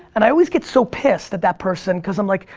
and i always get so pissed at that person because i'm like,